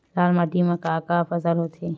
लाल माटी म का का फसल होथे?